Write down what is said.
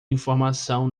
informação